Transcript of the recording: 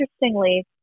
interestingly